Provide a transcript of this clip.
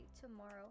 tomorrow